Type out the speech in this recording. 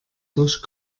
durch